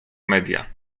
media